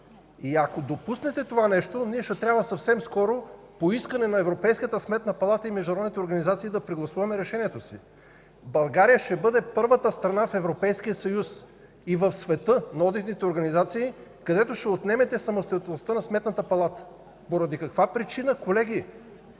Ако допуснете това нещо, ние ще трябва съвсем скоро по искане на Европейската сметна палата и международните организации да прегласуваме решението си. България ще бъде първата страна в Европейския съюз и в света на одитните организации, където ще отнемете самостоятелността на Сметната палата. Поради каква причина, колеги?!